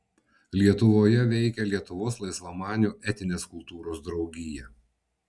lietuvoje veikė lietuvos laisvamanių etinės kultūros draugija